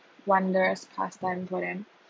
wondrous pastime for them